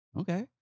Okay